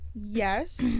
Yes